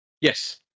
Yes